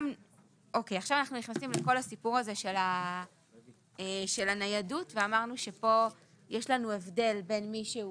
אנחנו נכנסים לכל הסיפור של הניידות ואמרנו שפה יש לנו הבדל בין מי שהוא